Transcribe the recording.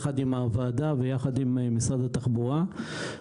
יחד עם הוועדה ויחד עם משרד התחבורה,